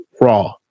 raw